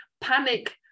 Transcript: panic